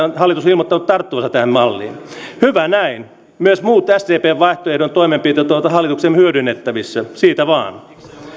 on jo ilmoittanut tarttuvansa hyvä näin myös muut sdpn vaihtoehdon toimenpiteet ovat hallituksen hyödynnettävissä siitä vaan